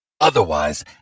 Otherwise